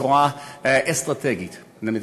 בצורה אסטרטגית.